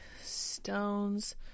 Stones